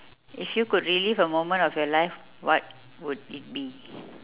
if you could relive a moment of your life what would it be